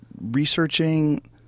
researching